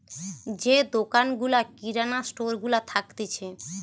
যে দোকান গুলা কিরানা স্টোর গুলা থাকতিছে